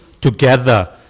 together